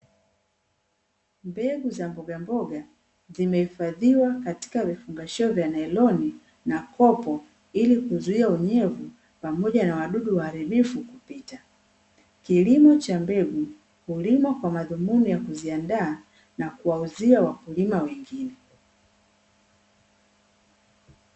Mbegu za mbogamboga zimeifadhiwa katika vifungashio vya nailoni na kopo ili kuzuia unyevu pamoja na wadudu waaribifu kupita, kilimo cha mbegu hulimwa kwa madhumuni ya kuandaa na kuwauzia wakulima wengine.